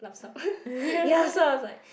lupsup ya so I was like